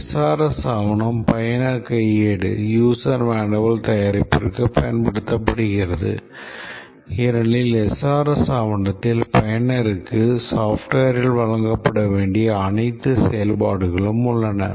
SRS ஆவணம் பயனர் கையேடு தயாரிப்பிற்கு பயன்படுத்தப்படுகிறது ஏனெனில் SRS ஆவணத்தில் பயனருக்கு softwareல் வழங்கப்பட வேண்டிய அனைத்து செயல்பாடுகளும் உள்ளன